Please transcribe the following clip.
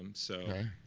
um so.